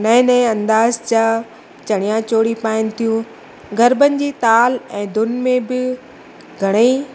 नएं नएं अंदाज़ जा चणिया चोली पाएनि थियूं गरबनि जी ताल ऐं धुन में बि घणेई